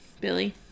Billy